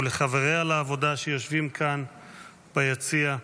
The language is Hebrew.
ולחבריה לעבודה שיושבים כאן ביציע,